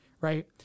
right